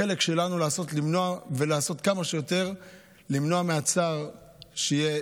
החלק שלנו הוא לעשות כמה שיותר כדי למנוע את הצער אצלכם,